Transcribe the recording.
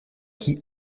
qui